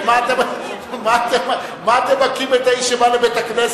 מה אתם מכים את האיש שבא לבית-הכנסת